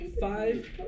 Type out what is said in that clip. Five